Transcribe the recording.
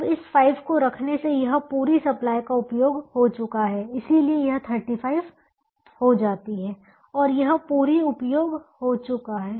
अब इस 5 को रखने से यह पूरी सप्लाई का उपयोग हो चुका है इसलिए यह 35 हो जाती है और यह पूरी उपयोग हो चुका है